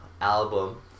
album